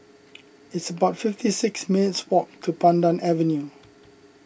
it's about fifty six minutes' walk to Pandan Avenue